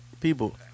people